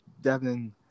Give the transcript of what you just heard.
Devin